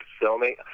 filming